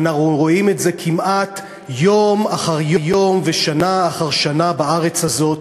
ואנחנו רואים את זה כמעט יום אחר יום ושנה אחר שנה בארץ הזאת.